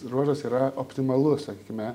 ruožas yra optimalus sakykime